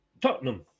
Tottenham